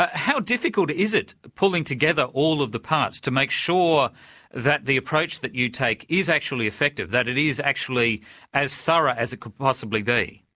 ah how difficult is it pulling together all of the parts to make sure that the approach that you take is actually effective, that it is actually as thorough as it could possibly be?